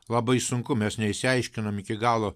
labai sunku mes neišsiaiškinom iki galo